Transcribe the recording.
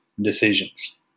decisions